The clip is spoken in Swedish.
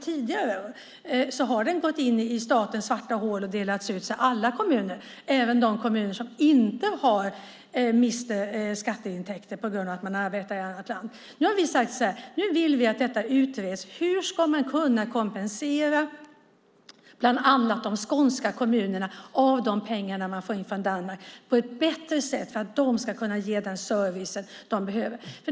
Tidigare har de gått in i statens svarta hål och delats ut till alla kommuner, även till dem som inte mister skatteintäkter på grund av att invånarna arbetar i ett annat land. Nu vill vi att detta utreds. Hur ska man kunna kompensera bland andra de skånska kommunerna med de pengar man får in från Danmark på ett bättre sätt för att de ska kunna ge den service de behöver ge?